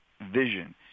vision